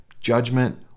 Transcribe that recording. judgment